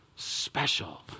special